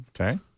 Okay